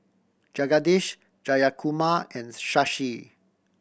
Jagadish Jayakumar and Shashi